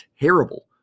terrible